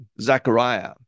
Zachariah